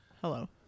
Hello